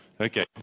Okay